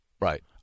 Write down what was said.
Right